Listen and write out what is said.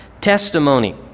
testimony